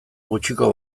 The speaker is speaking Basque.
gutxiko